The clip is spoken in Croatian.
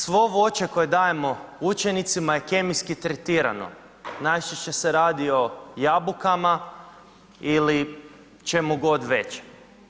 Svo voće, koje dajemo učenicima je kemijski tretirano, najčešće se radi o jabukama ili čemu god već.